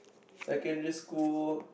secondary school